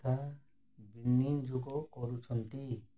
କଥା ବିନିଯୋଗ କରୁଛନ୍ତି